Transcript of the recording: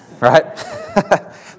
Right